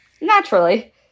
naturally